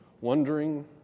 wondering